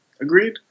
Agreed